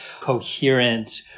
coherent